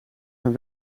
mijn